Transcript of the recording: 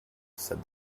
said